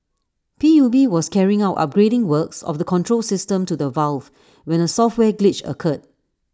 P U B was carrying out upgrading works of the control system to the valve when A software glitch occurred